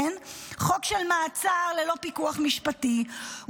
חוק של מעצר ללא פיקוח משפטי,